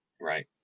Right